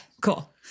cool